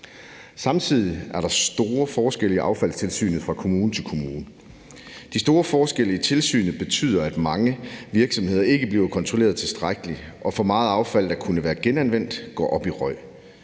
Samtidig er der store forskelle i affaldstilsynet fra kommune til kommune. De store forskelle i tilsynet betyder, at mange virksomheder ikke bliver kontrolleret tilstrækkeligt, og at for meget affald, der kunne have været genanvendt, går op i røg.